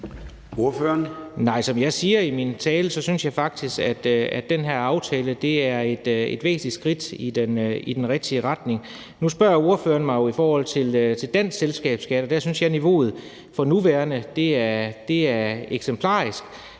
som jeg siger i min tale, synes jeg faktisk, at den her aftale er et væsentligt skridt i den rigtige retning. Nu spørger ordføreren mig i forhold til dansk selskabsskat, og der synes jeg, at niveauet for nuværende er eksemplarisk,